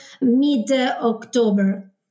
mid-October